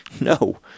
No